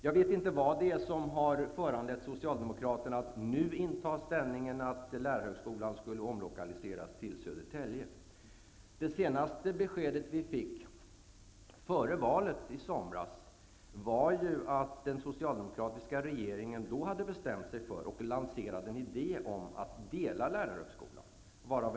Jag vet inte vad det är som har föranlett Socialdemokraterna att nu företräda inställningen att lärarhögskolan skall omlokaliseras till Södertälje. Det senaste beskedet vi fick, före valet, var att den socialdemokratiska regeringen hade bestämt sig för och lanserat en idé om att dela lärarhögskolan.